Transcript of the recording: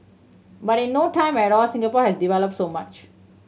but in no time at all Singapore has develop so much